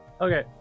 Okay